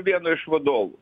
vieno iš vadovų